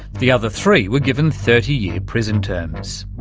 the other three were given thirty year prison terms.